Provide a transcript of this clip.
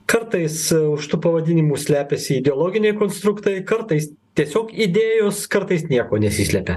kartais už tų pavadinimų slepiasi ideologiniai konstruktai kartais tiesiog idėjos kartais nieko nesislepia